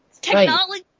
Technology